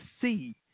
see